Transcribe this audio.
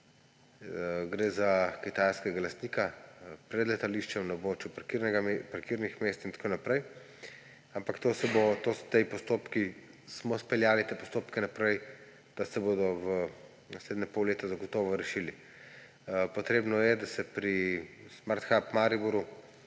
Gre za kitajskega lastnika – pred letališčem na območju parkirnih mest in tako naprej, ampak te postopke smo speljali naprej, da se bodo v naslednje pol leta zagotovo rešili. Potrebno je, da se pri Smart Hubu Mariboru,